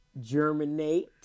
germinate